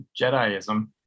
Jediism